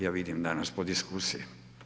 Ja vidim danas po diskusiji.